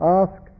ask